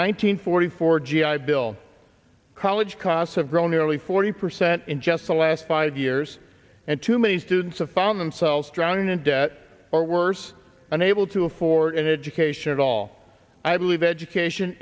hundred forty four g i bill college costs have grown nearly forty percent in just the last five years and too many students have found themselves drowning in debt or worse unable to afford an education at all i believe education